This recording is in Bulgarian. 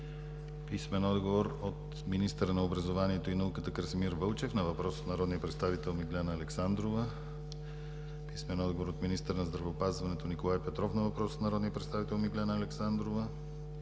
Писмен отговор от: - министъра на образованието и науката Красимир Вълчев на въпрос от народния представител Миглена Александрова; - министъра на здравеопазването Николай Петров на въпрос от народния представител Миглена Александрова;